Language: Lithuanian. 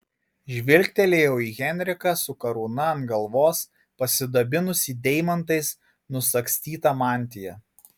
žvilgtelėjau į henriką su karūna ant galvos pasidabinusį deimantais nusagstyta mantija